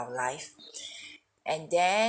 life and then